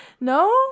No